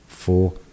four